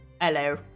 Hello